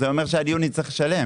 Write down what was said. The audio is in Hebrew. אז זה אומר שעד יוני צריך לשלם.